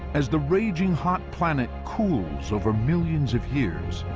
as the raging hot planet cools over millions of years,